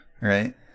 Right